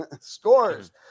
scores